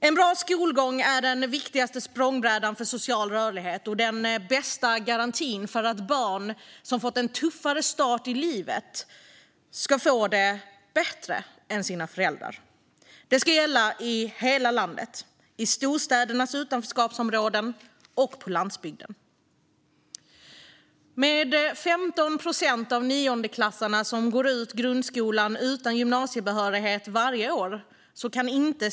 En bra skolgång är den viktigaste språngbrädan för social rörlighet och den bästa garantin för att barn som har fått en tuffare start i livet ska få det bättre än sina föräldrar. Det ska gälla i hela landet, i storstädernas utanförskapsområden och på landsbygden. Varje år går 15 procent av niondeklassarna ut grundskolan utan gymnasiebehörighet.